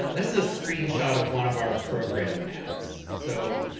this is a screenshot of one of our program maps. so,